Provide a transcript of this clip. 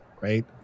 right